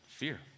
fear